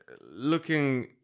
looking